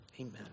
Amen